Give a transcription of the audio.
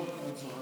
טוב, אין צורך.